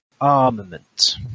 armament